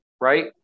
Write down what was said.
right